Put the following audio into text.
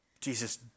Jesus